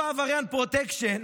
אותו עבריין פרוטקשן